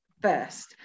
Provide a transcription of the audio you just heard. first